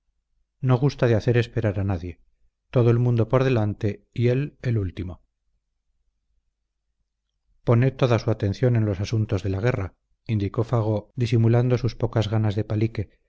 no gusta de hacer esperar a nadie todo el mundo por delante y él el último pone toda su atención en los asuntos de la guerra indicó fago disimulando sus pocas ganas de palique